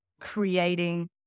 creating